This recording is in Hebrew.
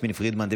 יסמין פרידמן,